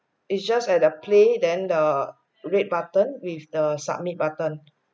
it's just at the play then the red button with the submit button